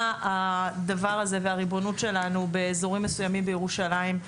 פגומה הריבונות שלנו באזורים מסוימים בירושלים.